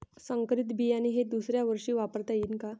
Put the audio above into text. संकरीत बियाणे हे दुसऱ्यावर्षी वापरता येईन का?